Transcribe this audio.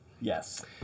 yes